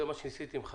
זה מה שניסיתי עם חגי.